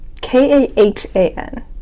K-A-H-A-N